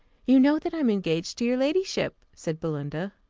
you know that i am engaged to your ladyship, said belinda.